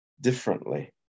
differently